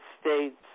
states